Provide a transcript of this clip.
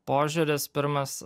požiūris pirmas